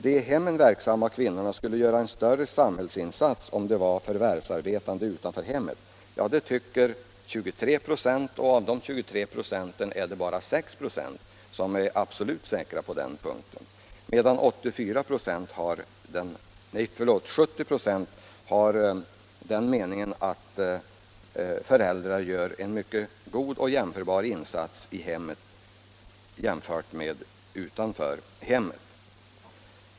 ”De i hemmen verksamma kvinnorna skulle göra en större samhällsinsats om de var förvärvsarbetande utanför hemmet.” Detta tycker 23 946, och av dem är det bara 6 96 som är absolut säkra på den punkten. 70 96 anser att föräldrar gör en mycket god insats i hemmet jämfört med utanför hemmet.